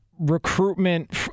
recruitment